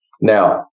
Now